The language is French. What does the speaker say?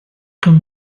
qu’un